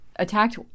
attacked